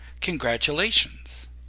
Congratulations